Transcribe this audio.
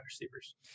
receivers